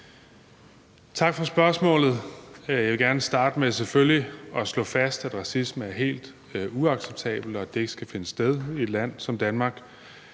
Tak for spørgsmålet. Jeg vil gerne starte med selvfølgelig at slå fast, at racisme er helt uacceptabelt, og at det ikke skal finde sted i et land som Danmark.